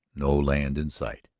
no land in sight.